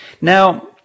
Now